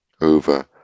over